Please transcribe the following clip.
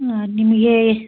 ಹಾಂ ನಿಮಗೆ